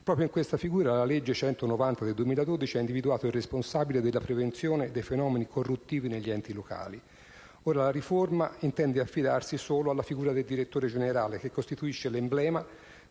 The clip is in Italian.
Proprio in questa figura la legge n. 190 del 2012 ha individuato il responsabile della prevenzione dei fenomeni corruttivi negli enti locali, mentre la riforma intende ora affidarsi solo alla figura del direttore generale, che costituisce l'emblema